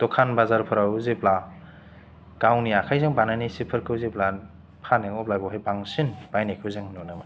दखान बाजारफोराव जेब्ला गावनि आखायजों बानायनाय सिफोरखौ जेब्ला फानो अब्ला बहाय बांसिन बायनायखौ जों नुनो मोनो